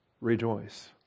rejoice